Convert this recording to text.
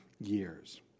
years